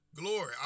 Glory